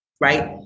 right